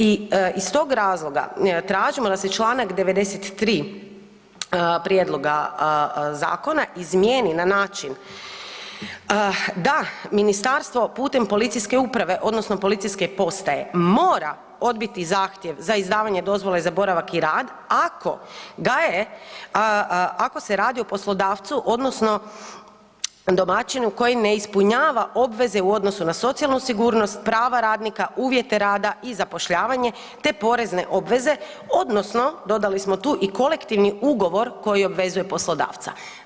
I iz tog razloga tražimo da se Članak 93. prijedloga zakona izmijeni na način da ministarstvo putem policijske uprave odnosno policijske postaje mora odbiti zahtjev za izdavanje dozvole za boravak i rad ako daje, ako se radi o poslodavcu odnosno domaćinu koji ne ispunjava obveze u odnosu na socijalnu sigurnost, prava radnika, uvjete rada i zapošljavanje te porezne obveze odnosno dodali smo tu i kolektivni ugovor koji obvezuje poslodavca.